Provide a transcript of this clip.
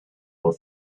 were